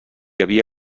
havia